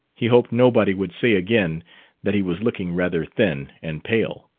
he hoped nobody would say again that he was looking rather thin and pale.